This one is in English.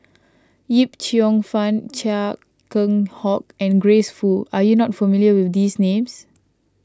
Yip Cheong Fun Chia Keng Hock and Grace Fu are you not familiar with these names